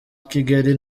kigeli